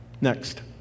Next